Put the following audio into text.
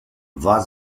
war